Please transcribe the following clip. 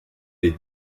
est